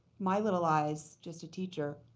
my little eyes, just a teacher,